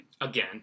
Again